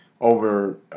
over